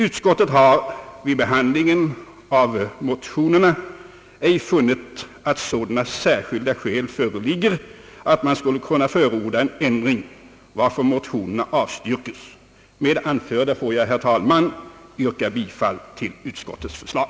Utskottet har vid behandlingen av motionerna ej funnit att sådana särskilda skäl föreligger att man skulle förorda en ändring, varför motionerna avstyrkes. Med det anförda får jag, herr talman, yrka bifall till utskottets förslag.